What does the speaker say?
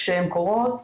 כשהן קורות,